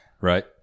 Right